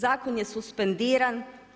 Zakon je suspendiran.